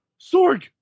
Sorg